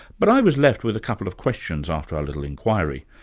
but i was left with a couple of questions after our little enquiry.